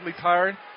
tired